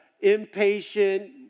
impatient